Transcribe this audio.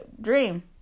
dream